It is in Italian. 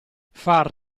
far